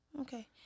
Okay